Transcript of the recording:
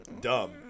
Dumb